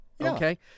okay